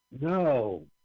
No